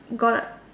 got